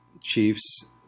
Chiefs